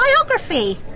biography